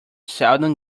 seldom